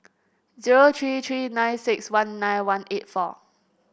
zero three three nine six one nine one eight four